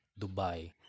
Dubai